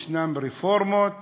ישנן רפורמות